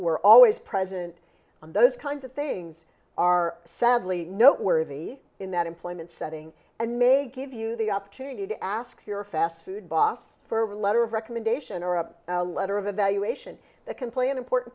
were always present on those kinds of things are sadly noteworthy in that employment setting and may give you the opportunity to ask your fast food boss for a letter of recommendation or a letter of evaluation that can play an important